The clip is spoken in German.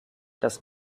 das